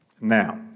Now